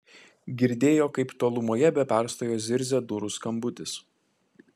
girdėjo kaip tolumoje be perstojo zirzia durų skambutis